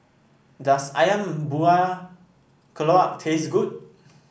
does ayam Buah Keluak taste good